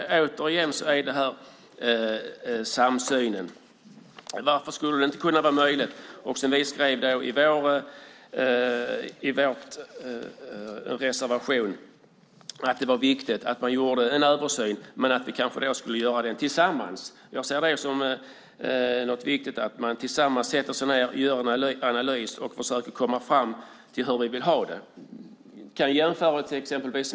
Återigen handlar det om samsyn. Varför skulle det inte kunna vara möjligt att göra som vi skrev i vår reservation? Vi skrev att det var viktigt att det gjordes en översyn men att vi kanske skulle göra den tillsammans. Jag ser det som viktigt att vi sätter oss ned tillsammans och gör en analys och försöker komma fram till hur vi vill ha det. Jag kan göra en jämförelse.